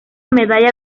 medalla